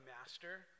master